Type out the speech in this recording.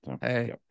hey